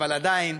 אבל עדיין